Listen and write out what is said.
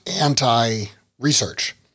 anti-research